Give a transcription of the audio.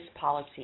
Policy